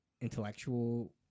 intellectual